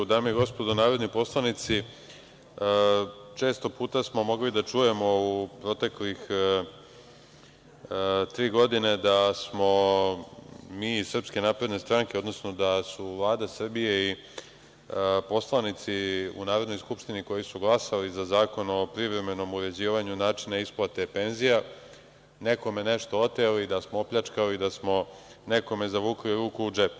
Dame i gospodo narodni poslanici, često puta smo mogli da čujemo u proteklih tri godine da smo mi iz SNS, odnosno da su Vlada Srbije i poslanici u Narodnoj skupštini koji su glasali za Zakon o privremenom uređivanju načina isplate penzija nekome nešto oteli, da smo opljačkali, da smo nekome zavukli ruku u džep.